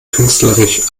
künstlerisch